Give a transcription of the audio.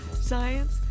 science